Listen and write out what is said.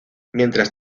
mientras